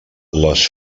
les